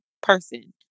person